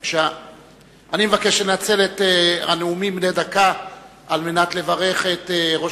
אני מבקש לנצל את הנאומים בני דקה על מנת לברך את ראש